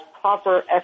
proper